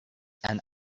and